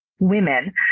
women